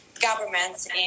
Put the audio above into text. Governments